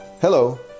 Hello